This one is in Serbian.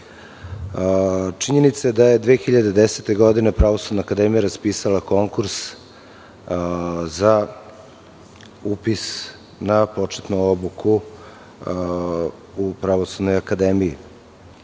funkciju. Činjenica je da je 2010. godine Pravosudna akademija raspisala konkurs za upis na početnu obuku u Pravosudnoj akademiji.